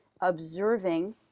observing